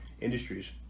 industries